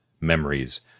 memories